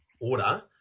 order